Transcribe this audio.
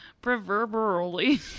proverbially